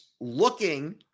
looking